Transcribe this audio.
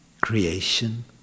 creation